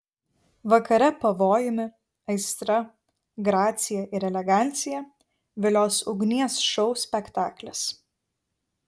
vakare pavojumi aistra gracija ir elegancija vilios ugnies šou spektaklis